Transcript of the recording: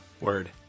Word